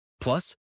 Plus